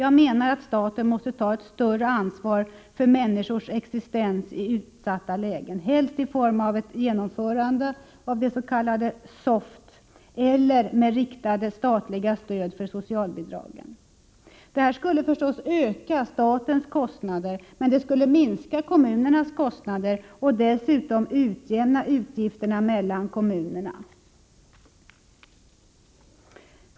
Jag menar att staten måste ta ett större ansvar för människors existens i utsatta lägen, helst i form av genomförande av det s.k. SOFT eller med riktat statligt stöd för socialbidragen. Detta skulle förstås öka statens kostnader, men det skulle minska kommunernas kostnader och dessutom utjämna utgifterna mellan kommunerna.